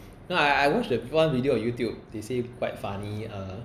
no I I watch the one video on youtube they say quite funny uh